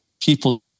people